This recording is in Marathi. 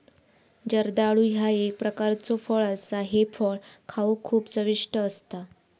जर्दाळू ह्या एक प्रकारचो फळ असा हे फळ खाउक खूप चविष्ट असता